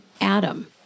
Adam